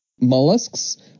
Mollusks